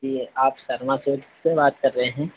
जी आप शर्मा स्वीट से बात कर रहे हैं